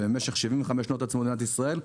ובמשך 75 שנות מדינת ישראל,